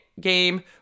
game